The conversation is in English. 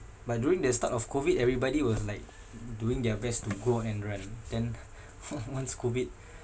but during the start of COVID everybody was like doing their best to go and run then uh once COVID